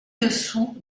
dessous